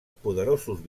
poderosos